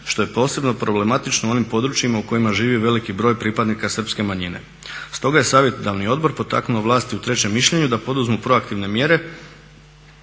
što je posebno problematično u onim područjima u kojima živi veliki broj pripadnika srpske manjine. Stoga je Savjetodavni odbor potaknuo vlasti u trećem mišljenju da poduzmu proaktivne mjere